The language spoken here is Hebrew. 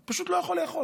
הוא פשוט לא יכול לאכול.